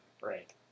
Right